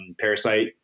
parasite